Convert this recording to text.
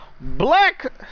black